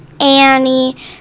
annie